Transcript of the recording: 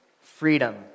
freedom